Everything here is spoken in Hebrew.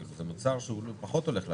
זה מוצר שהוא פחות הולך להשכרה,